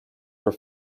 were